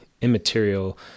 immaterial